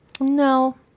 no